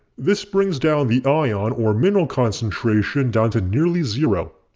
this brings down the ion, or mineral concentration down to nearly zero.